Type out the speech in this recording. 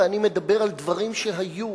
ואני מדבר על דברים שהיו,